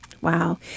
Wow